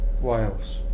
Wales